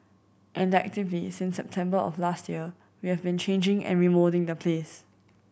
and actively since September of last year we have been changing and remoulding the place